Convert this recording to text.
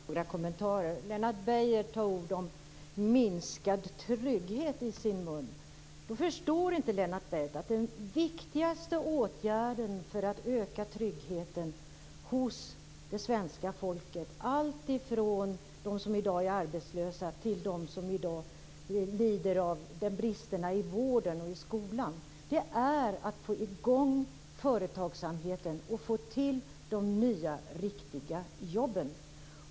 Herr talman! Jag vill göra några kommentarer. Lennart Beijer tar ord om minskad trygghet i sin mun. Då förstår inte Lennart Beijer att den viktigaste åtgärden för att öka tryggheten hos det svenska folket, alltifrån dem som i dag är arbetslösa till dem som i dag lider av bristerna i vården och i skolan, är att få i gång företagsamheten och få till stånd de nya riktiga jobben.